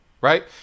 right